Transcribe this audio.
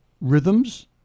rhythms